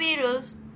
virus